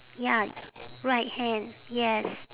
ya right hand yes